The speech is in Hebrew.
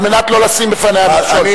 על מנת לא לשים בפניה מכשול,